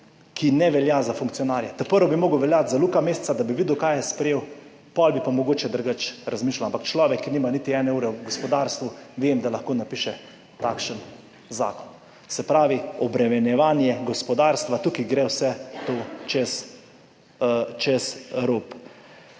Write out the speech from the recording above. ki ne velja za funkcionarje. Prvo bi moral veljati za Luka Mesca, da bi videl, kaj je sprejel, potem bi pa mogoče drugače razmišljal, ampak človek, ki nima niti ene ure v gospodarstvu, vem, da lahko napiše takšen zakon. Se pravi, obremenjevanje gospodarstva. Tukaj gre vse to čez rob.